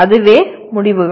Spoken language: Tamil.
அதுவே முடிவுகள்